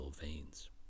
veins